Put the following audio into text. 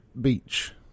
Beach